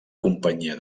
companyia